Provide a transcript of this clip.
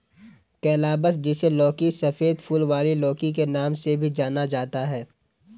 calabash, जिसे लौकी, सफेद फूल वाली लौकी के नाम से भी जाना जाता है